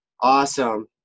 Awesome